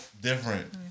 different